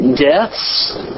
deaths